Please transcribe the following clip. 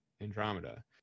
Andromeda